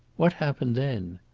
what happened then?